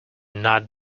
not